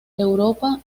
europa